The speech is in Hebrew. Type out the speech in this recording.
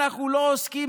אנחנו לא עוסקים